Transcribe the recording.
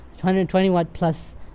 120-watt-plus